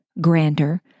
grander